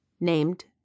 named